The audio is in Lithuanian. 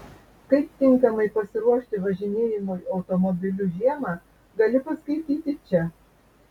kaip tinkamai pasiruošti važinėjimui automobiliu žiemą gali paskaityti čia